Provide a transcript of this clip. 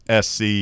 SC